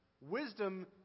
Wisdom